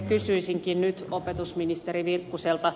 kysyisinkin nyt opetusministeri virkkuselta